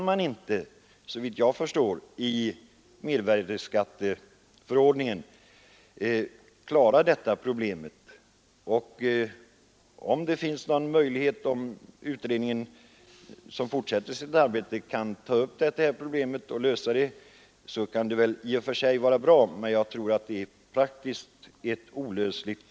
Med mervärdeskatteförordningen kan man såvitt jag förstår inte klara av det problemet. Om utredningen, som fortsätter sitt arbete, kan ta upp problemet och lösa det är det i och för sig bra, men jag tror problemet praktiskt är olösligt.